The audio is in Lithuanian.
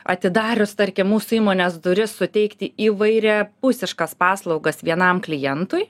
atidarius tarkim mūsų įmonės duris suteikti įvairiapusiškas paslaugas vienam klientui